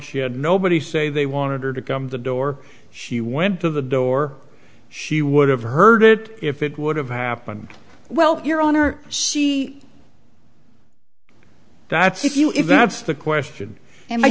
she had nobody say they wanted her to come the door she went to the door she would have heard it if it would have happened well your honor see that's you if that's the question and